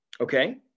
Okay